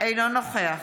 אינו נוכח